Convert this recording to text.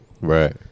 right